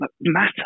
matter